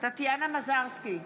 טטיאנה מזרסקי,